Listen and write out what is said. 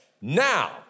Now